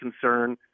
concern